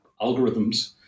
algorithms